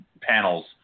panels